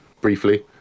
briefly